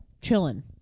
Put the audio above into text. Chilling